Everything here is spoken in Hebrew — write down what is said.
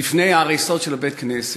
לפני ההריסות של בית-הכנסת,